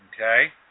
Okay